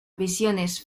visiones